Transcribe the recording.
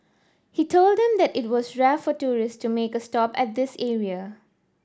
he told them that it was rare for tourist to make a stop at this area